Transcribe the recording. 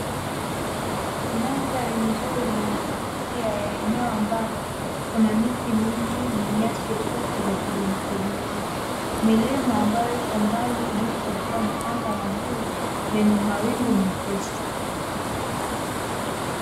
Mandhari nzuri na ya kuvutia ya eneo ambalo kuna miti mingi na nyasi fupi za kijani kibichi, milima ambayo ipo mbali juu kukiwa na anga la bluu lenye mawingu mepesi.